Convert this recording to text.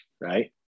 right